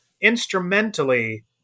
instrumentally